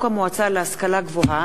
השפה,